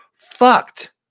fucked